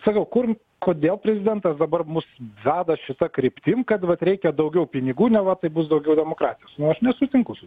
sakau kur kodėl prezidentas dabar mus veda šita kryptim kad vat reikia daugiau pinigų neva tai bus daugiau demokratijos nu aš nesutinku su